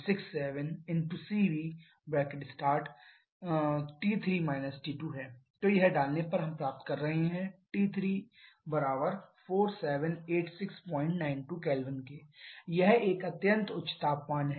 1CV11367cv तो यह डालने पर हम प्राप्त कर रहे हैं T3 478692 K यह एक अत्यंत उच्च तापमान है